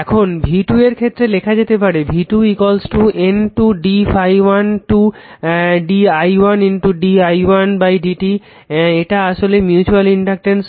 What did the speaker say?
এখন v2 এর ক্ষেত্রে লেখা যেতে পারে v2 N 2 d ∅1 2 d i1 d i1 dt এটা আসলে মিউচুয়াল ইনডাকটেন্স